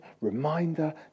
reminder